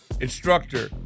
instructor